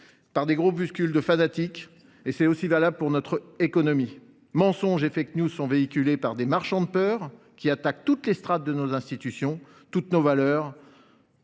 par des groupuscules de fanatiques. C’est aussi valable pour notre économie : mensonges et sont véhiculés par des marchands de peur qui s’en prennent à toutes les strates de nos institutions et à nos valeurs.